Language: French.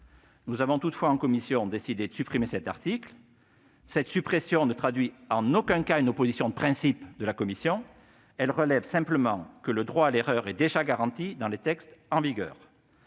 toutefois proposé à la commission de supprimer cet article. Cette suppression ne traduit en aucun cas une opposition de principe de la commission. Elle relève simplement que le droit à l'erreur est déjà garanti par les textes en vigueur.